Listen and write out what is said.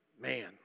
man